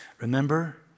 Remember